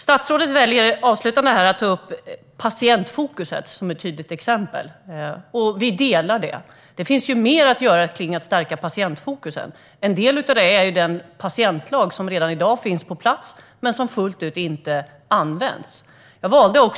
Statsrådet väljer avslutningsvis att ta upp patientfokus som ett tydligt exempel. Vi delar synen på det. Det finns mer att göra när det gäller att stärka patientfokus. En del är den patientlag som redan i dag finns på plats men som inte används fullt ut.